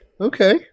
Okay